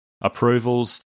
approvals